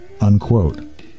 Unquote